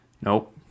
nope